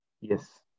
Yes